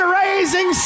raising